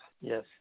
yes